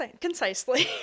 concisely